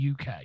UK